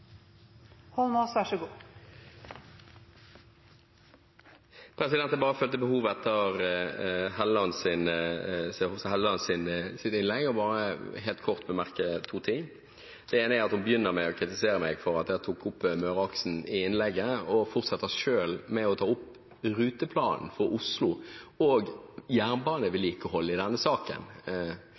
til en kort merknad, begrenset til 1 minutt. Etter representanten Hofstad Hellelands innlegg følte jeg behov for bare kort å bemerke to ting. Det ene er at hun begynner med å kritisere meg for at jeg tok opp Møreaksen i innlegget og så fortsetter hun selv med å ta opp ruteplanen for Oslo og jernbanevedlikeholdet i denne saken.